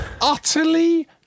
utterly